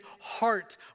heart